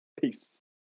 Peace